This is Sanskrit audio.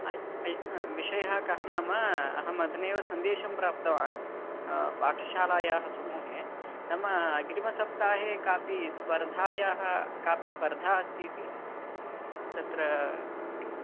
विषयः कः नाम अहमधुनेव सन्देशं प्राप्तवान् पाठशालायाः समूहे नाम अग्रिमसप्ताहे कापि स्पर्धायाः कापि स्पर्धा अस्ति इति तत्र के